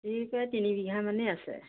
তিনি বিঘামানেই আছে